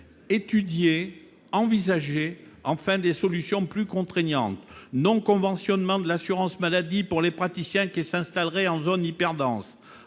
envisager enfin des solutions plus contraignantes non-conventionnement de l'assurance maladie pour les praticiens qui s'installeraient en hyper dense,